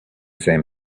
same